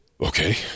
Okay